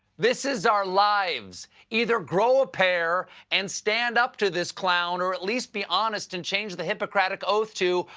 this is our lives! either grow a pair and stand up to this clown, or at least be honest and change the hippocratic oath to,